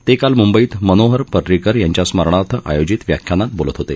ते काल मुंबईत मनोहर परिकर यांच्या स्मरणार्थ आयोजित व्याख्यानात बोलत होते